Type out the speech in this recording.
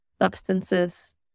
substances